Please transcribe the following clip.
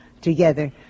together